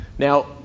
Now